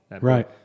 Right